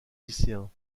lycéens